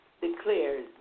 declares